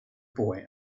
boy